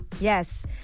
Yes